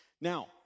Now